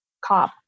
cop